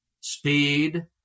speed